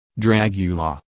Dragula